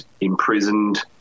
imprisoned